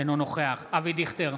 אינו נוכח אבי דיכטר,